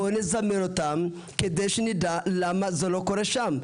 בואו נזמן אותם כדי שנדע למה זה לא קורה שם.